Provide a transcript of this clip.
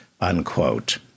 unquote